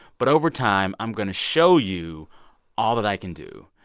but over time, i'm going to show you all that i can do.